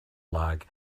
like